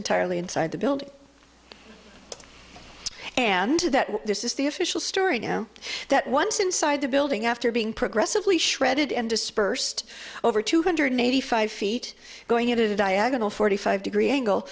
entirely inside the building and that this is the official story you know that once inside the building after being progressively shredded and dispersed over two hundred eighty five feet going at a diagonal forty five degree angle